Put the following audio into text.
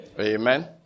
Amen